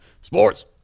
sports